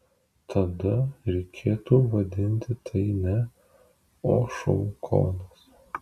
tada reikėtų vadinti tai ne o šou kodas